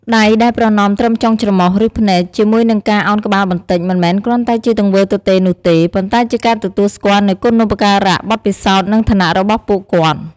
ដៃដែលប្រណម្យត្រឹមចុងច្រមុះ ឬភ្នែក ជាមួយនឹងការអោនក្បាលបន្តិច មិនមែនគ្រាន់តែជាទង្វើទទេនោះទេ ប៉ុន្តែជាការទទួលស្គាល់នូវគុណូបការៈ បទពិសោធន៍ និងឋានៈរបស់ពួកគាត់។